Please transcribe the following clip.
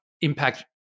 impact